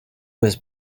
was